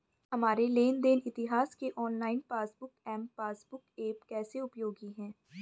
हमारे लेन देन इतिहास के online passbook M passbook app कैसे उपयोगी है?